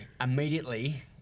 immediately